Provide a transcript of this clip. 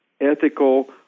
ethical